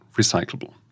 recyclable